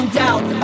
doubt